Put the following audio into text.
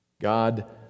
God